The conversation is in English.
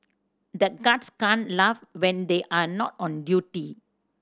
the guards can't laugh when they are not on duty